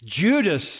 Judas